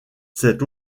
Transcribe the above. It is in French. cet